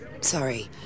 Sorry